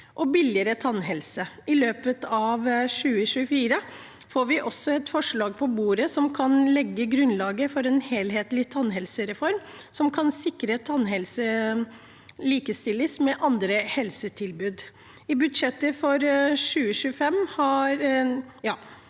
billigere tannhelse. I løpet av 2024 får vi også et forslag på bordet som kan legge grunnlaget for en helhetlig tannhelsereform, som kan sikre at tannhelse likestilles med andre helsetilbud. I budsjettet for 2025 har